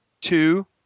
two